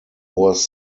was